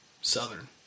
Southern